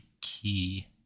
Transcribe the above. key